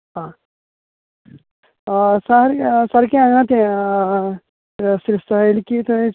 आं सार सारकें यें ना तें सोसायटी थंयच